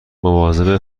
مواظب